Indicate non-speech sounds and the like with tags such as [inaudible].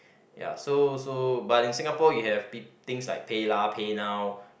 ya so so but in Singapore you have [noise] things like PayLah PayNow